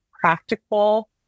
practical